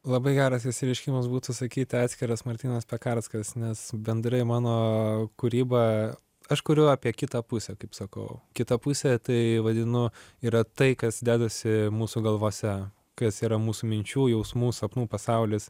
labai geras išsireiškimas būtų sakyti atskiras martynas pekarskas nes bendrai mano kūryba aš kuriu apie kitą pusę kaip sakau kitą pusę tai vadinu yra tai kas dedasi mūsų galvose kas yra mūsų minčių jausmų sapnų pasaulis